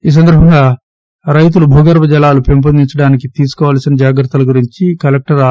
ఈ సందర్బంగా రైతులు భూగర్బ జలాలను పెంపొందించేందుకు తీసుకోవలసిన జాగ్రత్తల గురించి కలెక్లర్ ఆర్